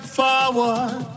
forward